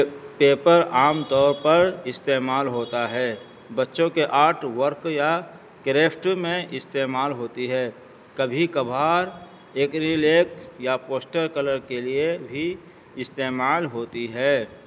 paper عام طور پر استعمال ہوتا ہے بچوں کے آرٹ ورک یا کریفٹ میں استعمال ہوتی ہے کبھی کبھار ایکریلیک یا پوشٹر کلر کے لیے بھی استعمال ہوتی ہے